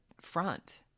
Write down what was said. front